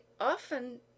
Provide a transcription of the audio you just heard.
often